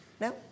No